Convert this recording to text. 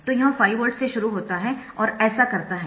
तो यह 5 वोल्ट से शुरू होता है और ऐसा करता है